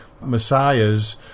messiahs